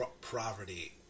poverty